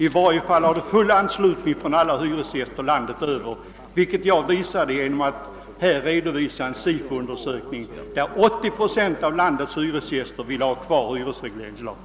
I varje fall har det vunnit en mycket stark anslutning från hyresgästerna i landet, såsom framgår av Sifoundersökningen, vilken ju visar att 80 procent av landets hyresgäster vill ha kvar hyresregleringen.